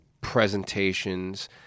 presentations